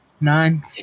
Nine